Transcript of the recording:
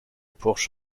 porche